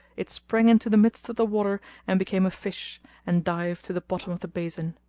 it sprang into the midst of the water and became a fish and dived to the bottom of the basin.